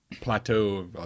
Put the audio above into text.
plateau